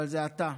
אבל זה אתה,